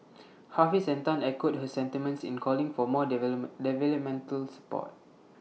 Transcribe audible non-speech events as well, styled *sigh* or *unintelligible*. Hafiz and Tan echoed her sentiments in calling for more *unintelligible* developmental support